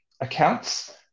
accounts